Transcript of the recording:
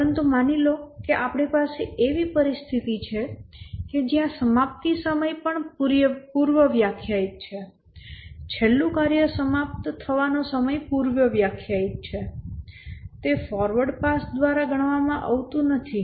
પરંતુ માની લો કે આપણી પાસે એવી પરિસ્થિતિ છે કે જ્યાં સમાપ્તિ સમય પણ પૂર્વવ્યાખ્યાયિત છે છેલ્લું કાર્ય સમાપ્ત થવાનો સમય પૂર્વવ્યાખ્યાયિત છે તે ફોરવર્ડ પાસ દ્વારા ગણવામાં આવતું નથી